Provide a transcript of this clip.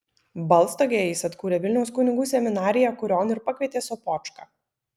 balstogėje jis atkūrė vilniaus kunigų seminariją kurion ir pakvietė sopočką